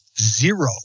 Zero